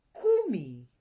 kumi